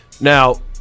Now